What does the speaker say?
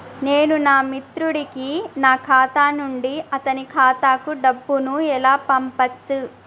నేను నా మిత్రుడి కి నా ఖాతా నుండి అతని ఖాతా కు డబ్బు ను ఎలా పంపచ్చు?